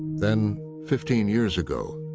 then, fifteen years ago,